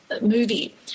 movie